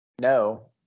No